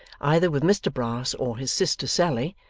either with mr brass or his sister sally,